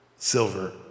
Silver